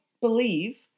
believe